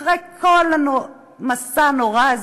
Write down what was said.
אחרי כל המסע הנורא הזה,